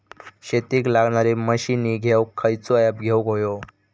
शेतीक लागणारे मशीनी घेवक खयचो ऍप घेवक होयो?